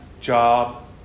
job